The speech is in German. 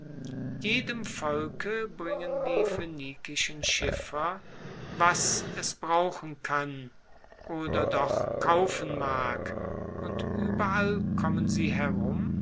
jedem volke bringen die phoenikischen schiffer was es brauchen kann oder doch kaufen mag und ueberall kommen sie herum